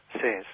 says